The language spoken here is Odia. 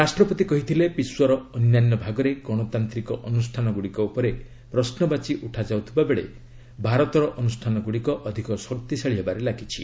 ରାଷ୍ଟ୍ରପତି କହିଥିଲେ ବିଶ୍ୱର ଅନ୍ୟାନ୍ୟ ଭାଗରେ ଗଣତାନ୍ତିକ ଅନୁଷ୍ଠାନଗୁଡ଼ିକ ଉପରେ ପ୍ରଶ୍ନବାଚୀ ଉଠାଯାଉଥିବା ବେଳେ ଭାରତର ଅନୁଷ୍ଠାନଗୁଡ଼ିକ ଅଧିକ ଶକ୍ତିଶାଳୀ ହେବାରେ ଲାଗିଛି